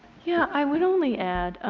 yeah. i would only add,